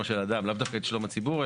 של אדם ולאו דווקא את שלום הציבור.